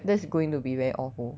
that's going to be very awful